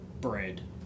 bread